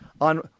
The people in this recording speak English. on